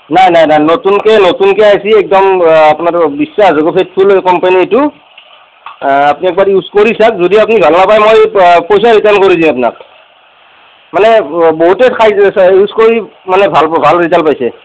নাই নাই নাই নতুনকে নতুনকে আইছি একদম আপ্নাৰ বিশ্বাসযোগ্য কোম্পেনীৰ এইটো আপ্নি এবাৰ ইউজ কৰি চাওক যদি আপ্নি ভাল নাপায় মই প পইচা ৰিটাৰ্ণ কৰি দিম আপ্নাক মানে ব বহুতেই খাই ইউজ কৰি মানে ভাল ভাল ৰিজাল্ট পাইছে